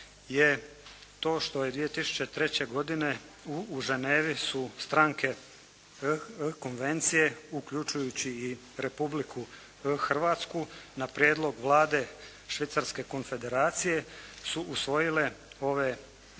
to što je 2003. godine u Ženevi su stranke Konvencije, uključujući i Republiku Hrvatsku, na prijedlog Vlade Švicarske konfederacije su usvojile ove